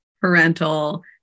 parental